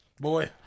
boy